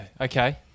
Okay